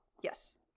Yes